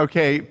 Okay